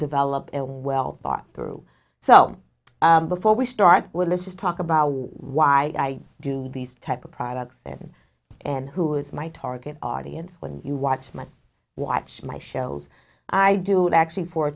developed well thought through so before we start with let's just talk about why do these type of products evan and who is my target audience when you watch my watch my shows i do it actually for